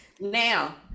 Now